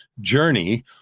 journey